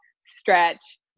stretch